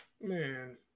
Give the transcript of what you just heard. Man